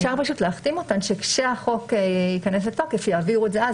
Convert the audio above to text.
אפשר פשוט להחתים אותם שכשהחוק ייכנס לתוקף יעבירו את זה אז,